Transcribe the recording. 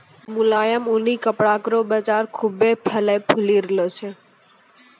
मुलायम ऊनी कपड़ा केरो बाजार खुभ्भे फलय फूली रहलो छै